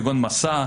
כגון 'מסע',